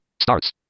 starts